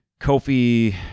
Kofi